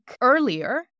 earlier